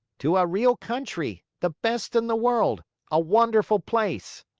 to a real country the best in the world a wonderful place!